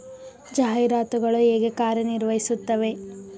ಜಾಹೀರಾತುಗಳು ಹೇಗೆ ಕಾರ್ಯ ನಿರ್ವಹಿಸುತ್ತವೆ?